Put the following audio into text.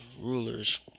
rulers